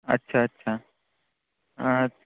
अच्छा अच्छा